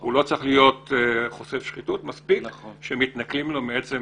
הוא לא צריך להיות חושף שחיתות אלא מספיק שמתנכלים לו מעצם